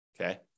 Okay